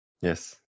Yes